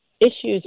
issues